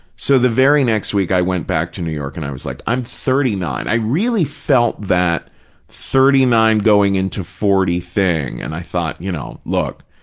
so, the very next week i went back to new york and i was like, i'm thirty nine. i really felt that thirty nine going into forty thing and i thought, you know, look,